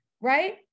right